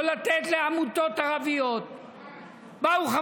לא לתת לעמותות ערביות.